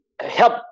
help